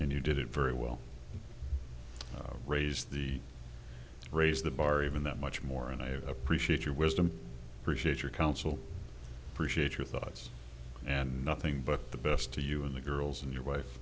and you did it very well raise the raise the bar even that much more and i appreciate your wisdom appreciate your counsel appreciate your thoughts and nothing but the best to you and the girls and your wife